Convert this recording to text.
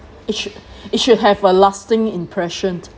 it should it should have a lasting impression